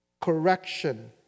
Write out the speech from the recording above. correction